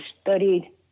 studied